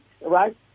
right